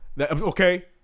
Okay